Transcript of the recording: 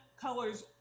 colors